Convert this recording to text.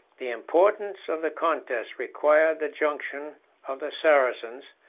the importance of the contest required the junction of the saracens,